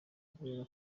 kubera